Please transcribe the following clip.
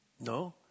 No